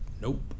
nope